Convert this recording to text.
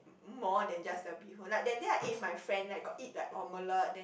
more than just the bee-hoon like that day I eat with my friend like got like omelette